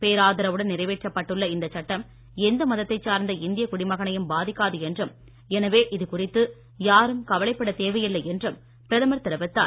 பேராதரவுடன் நிறைவேற்றப்பட்டுள்ள இந்த சட்டம் எந்த மதத்தைச் சார்ந்த இந்திய குடிமகனையும் பாதிக்காது என்றும் எனவே இதுகுறித்து யாரும் தேவையில்லை என்றும் பிரதமர் தெரிவித்தார்